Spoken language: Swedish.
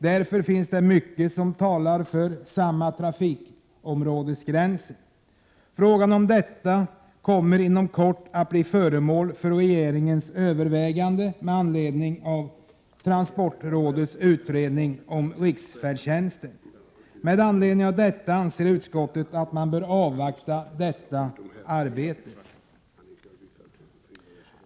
Därför talar mycket för samma trafikområdesgränser. Frågan om detta kommer inom kort att bli föremål för regeringens övervägande med anledning av transportrådets utredning om riksfärdtjänsten. Med anledning härav anser utskottet att man bör avvakta utredningens arbete.